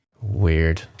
Weird